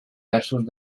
versos